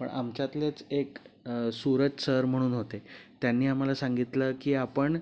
पण आमच्यातलेच एक सूरज सर म्हणून होते त्यांनी आम्हाला सांगितलं की आपण